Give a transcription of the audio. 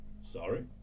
Sorry